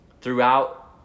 throughout